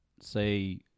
say